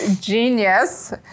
Genius